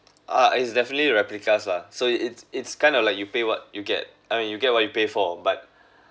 ah it's definitely replicas lah so it's it's kind of like you pay what you get I mean you get what you pay for but